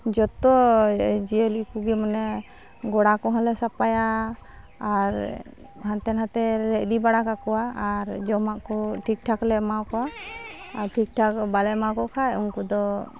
ᱡᱚᱛᱚ ᱡᱤᱭᱟᱹᱞᱤ ᱠᱚᱜᱮ ᱢᱟᱱᱮ ᱜᱚᱲᱟ ᱠᱚᱦᱚᱸᱞᱮ ᱥᱟᱯᱟᱭᱟ ᱟᱨ ᱦᱟᱱᱛᱮᱼᱱᱟᱛᱮᱞᱮ ᱤᱫᱤᱵᱟᱲᱟ ᱠᱟᱠᱚᱣᱟ ᱟᱨ ᱡᱚᱢᱟᱜᱠᱚ ᱴᱷᱤᱠᱴᱷᱟᱠᱞᱮ ᱮᱢᱟᱠᱚᱣᱟ ᱟᱨ ᱴᱷᱤᱠᱴᱷᱟᱠ ᱵᱟᱞᱮ ᱮᱢᱟᱠᱚ ᱠᱷᱟᱡ ᱩᱱᱠᱩᱫᱚ